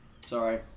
Sorry